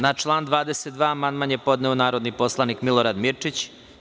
Na član 22. amandman je podneo narodni poslanik Milorad Mirčić.